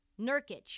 Nurkic